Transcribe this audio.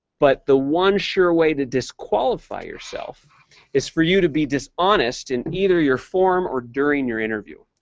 but the one sure way to disqualify yourself is for you to be dishonest in either your form or during your interview.